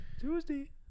Tuesday